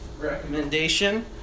recommendation